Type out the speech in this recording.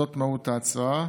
זאת מהות ההצעה.